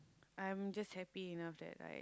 I'm just happy enough that like